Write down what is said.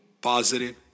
positive